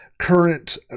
current